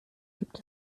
gibt